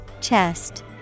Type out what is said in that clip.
Chest